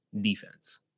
defense